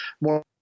more